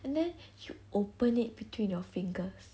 and then you open it between your fingers